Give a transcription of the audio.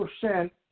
percent